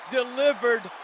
delivered